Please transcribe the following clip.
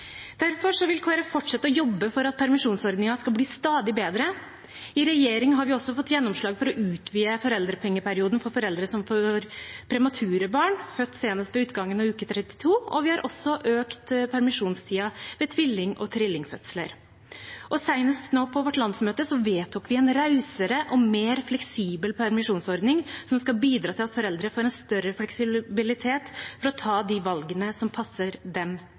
Derfor vil Kristelig Folkeparti fortsette å jobbe for at permisjonsordningen skal bli stadig bedre. I regjering har vi også fått gjennomslag for å utvide foreldrepengeperioden for foreldre som får premature barn, født senest ved utgangen av uke 32, og vi har også økt permisjonstiden ved tvilling- og trillingfødsler. Senest nå på vårt landsmøte vedtok vi en rausere og mer fleksibel permisjonsordning som skal bidra til at foreldre får en større fleksibilitet for å ta de valgene som passer dem